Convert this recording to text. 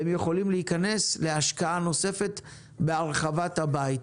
והם יכולים להיכנס להשקעה נוספת בהרחבת הבית.